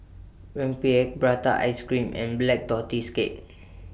Rempeyek Prata Ice Cream and Black Tortoise Cake